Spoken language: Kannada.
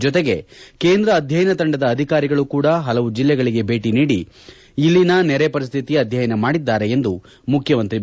ಜತೆಗೆ ಕೇಂದ್ರ ಅಧ್ಯಯನ ತಂಡದ ಅಧಿಕಾರಿಗಳು ಕೂಡ ಹಲವು ಜಲ್ಲೆಗಳಿಗೆ ಭೇಟ ನೀಡಿ ಇಲ್ಲಿನ ನೆರೆ ಪರಿಸ್ಕಿತಿ ಅಧ್ಯಯನ ಮಾಡಿದ್ದಾರೆ ಎಂದು ಮುಖ್ಯಮಂತ್ರಿ ಬಿ